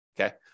Okay